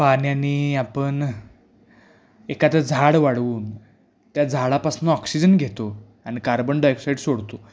पाण्यानी आपण एखादं झाड वाढवून त्या झाडापासनं ऑक्सिजन घेतो आणि कार्बन डायऑक्साईड सोडतो